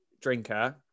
drinker